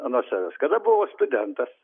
nuo savęs kada buvau studentas